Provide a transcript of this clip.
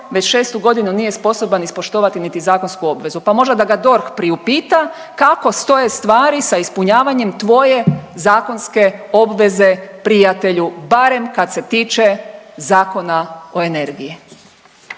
već šestu godinu nije sposoban ispoštovati niti zakonsku obvezu, pa možda da ga DORH priupita kako stoje stvari sa ispunjavanjem tvoje zakonske obveze prijatelju, barem kad se tiče Zakona o energiji.